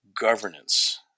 governance